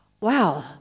wow